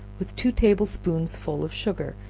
with two table-spoonsful of sugar,